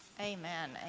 Amen